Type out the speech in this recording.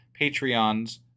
Patreons